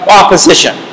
opposition